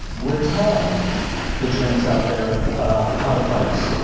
we're telling the germs out there how to fight us.